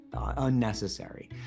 unnecessary